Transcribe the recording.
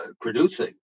producing